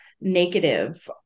negative